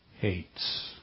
hates